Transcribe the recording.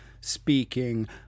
speaking